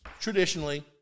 traditionally